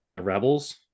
rebels